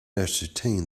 ascertain